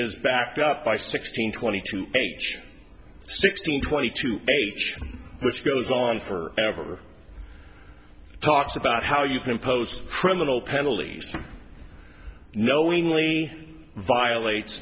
is backed up by sixteen twenty two sixteen twenty two which goes on for ever talks about how you can impose criminal penalties knowingly violates